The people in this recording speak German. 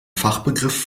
fachbegriff